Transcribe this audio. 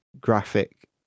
graphic